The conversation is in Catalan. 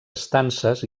estances